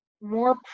more